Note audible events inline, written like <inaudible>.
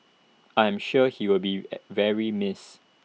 I'm sure he will be <hesitation> very missed